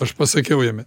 aš pasakiau jame